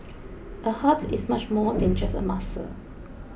a heart is much more than just a muscle